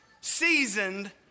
seasoned